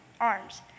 arms